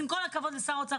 אז עם כל הכבוד לשר האוצר,